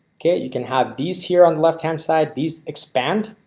okay, you can have these here on the left hand side these expand.